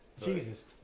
Jesus